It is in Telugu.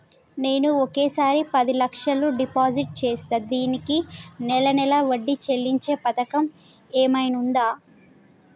నేను ఒకేసారి పది లక్షలు డిపాజిట్ చేస్తా దీనికి నెల నెల వడ్డీ చెల్లించే పథకం ఏమైనుందా?